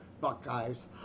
Buckeye's